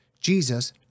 Jesus